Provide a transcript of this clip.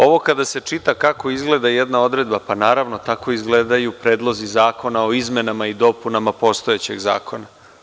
Ovo kada se čita, kako izgleda jedna odredba, naravno, tako izgledaju predlozi zakona o izmenama i dopunama postojećeg zakona.